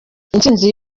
intsinzi